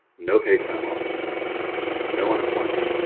no paid time off no unemployment